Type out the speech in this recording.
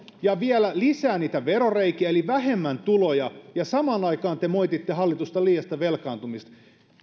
ja vielä lisää veroreikiä eli vähemmän tuloja ja samaan aikaan te moititte hallitusta liiasta velkaantumisesta